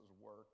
work